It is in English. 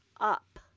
up